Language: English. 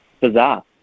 Bizarre